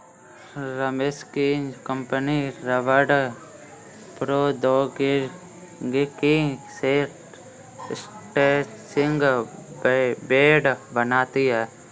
रमेश की कंपनी रबड़ प्रौद्योगिकी से स्ट्रैचिंग बैंड बनाती है